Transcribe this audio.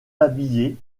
habillés